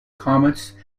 comets